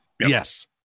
Yes